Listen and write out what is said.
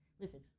Listen